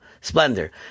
Splendor